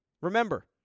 Remember